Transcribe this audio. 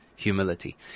humility